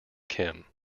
kim